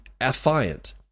affiant